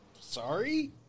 sorry